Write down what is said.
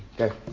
Okay